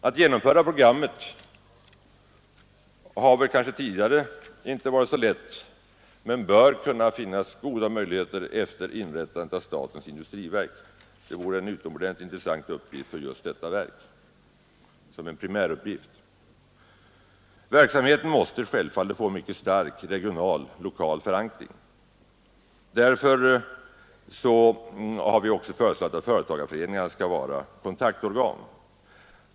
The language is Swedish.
Att genomföra programmet har kanske tidigare inte varit så lätt, men det bör kunna finnas goda möjligheter efter inrättandet av statens industriverk. Här finns en utomordentligt intressant primäruppgift för detta verk. Verksamheten måste självfallet få en mycket stark regional och lokal förankring. Därför har vi också föreslagit att företagarföreningarna skall vara kontaktorgan.